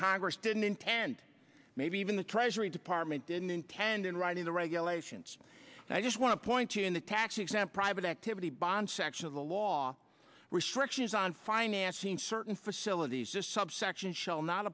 congress didn't intend maybe even the treasury department didn't intend in writing the regulations and i just want to point you in the tax exempt private activity bond section of the law restrictions on financing certain facilities just subsection shall not